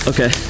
Okay